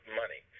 money